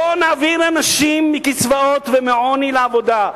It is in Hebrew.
בואו נעביר אנשים מקצבאות ומעוני לעבודה.